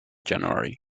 january